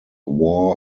war